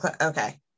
Okay